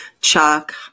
Chuck